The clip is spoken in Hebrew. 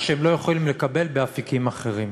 מה שהם לא יכולים לקבל באפיקים אחרים.